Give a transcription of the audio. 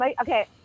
Okay